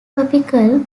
topical